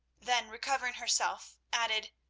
then, recovering herself, added,